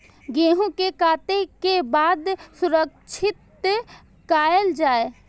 गेहूँ के काटे के बाद सुरक्षित कायल जाय?